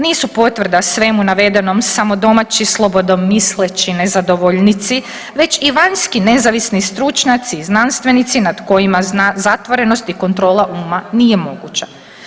Nisu potvrda svemu navedenom samo domaći slobodomisleći nezadovoljnici već i vanjski nezavisni stručnjaci i znanstvenicima nad kojima zatvorenost i kontrola nije moguća.